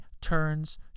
turns